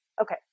Okay